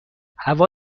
هوا